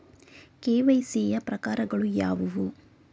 KYC ಯ ಪ್ರಕಾರಗಳು ಯಾವುವು?